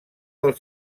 del